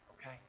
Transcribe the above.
okay